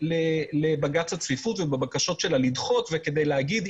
לבג"ץ הצפיפות ובבקשות שלה לדחות וכדי להגיד,